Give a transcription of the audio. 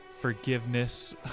forgiveness